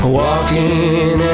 walking